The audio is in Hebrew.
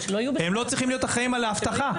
הם לא צריכים להיות אחראים על האבטחה.